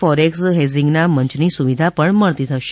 forex હેઝીંગના મંચની સુવિધા પણ મળતી થશે